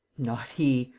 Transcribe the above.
not he!